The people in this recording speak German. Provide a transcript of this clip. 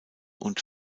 und